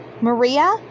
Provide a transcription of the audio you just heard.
Maria